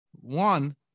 One